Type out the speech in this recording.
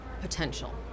potential